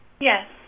Yes